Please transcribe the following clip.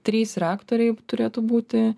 trys reaktoriai turėtų būti